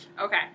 okay